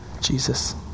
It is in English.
Jesus